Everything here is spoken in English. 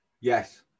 Yes